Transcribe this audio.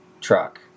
truck